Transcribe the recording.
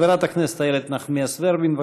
חברת הכנסת איילת נחמיאס ורבין,